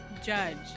Judge